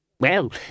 Well